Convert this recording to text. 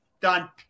Done